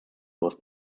was